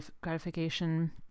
gratification